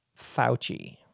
FAUCI